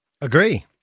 Agree